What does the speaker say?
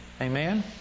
Amen